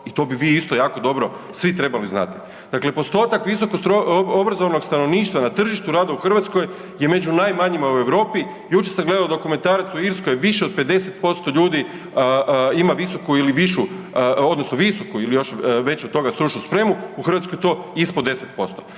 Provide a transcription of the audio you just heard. i to bi vi isto jako dobro svi trebali znati. Dakle postotak visokoobrazovanog stanovništva na tržištu rada u Hrvatskoj je među najmanjima u Europi. Jučer sam gledao dokumentarac, u Irskoj, više od 50% ljudi ima visoku ili višu, odnosno visoku ili još veću od toga stručnu spremu, u Hrvatskoj je to ispod 10%.